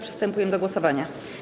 Przystępujemy do głosowania.